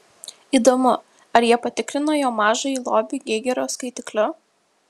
įdomu ar jie patikrino jo mažąjį lobį geigerio skaitikliu